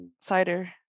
Cider